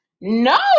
No